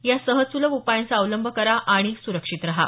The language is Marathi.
या सहज सुलभ उपायांचा अवलंब करा आणि सुरक्षित रहा